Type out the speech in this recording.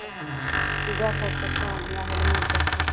तऽ हमरा हेलमेट देखबऽ